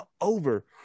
over